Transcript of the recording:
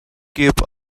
keep